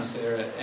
Sarah